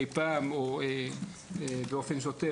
שבו רופא שני מפקח בפועל.